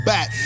Back